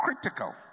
critical